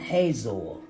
Hazor